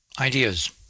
ideas